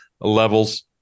levels